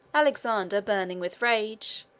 alexander, burning with rage,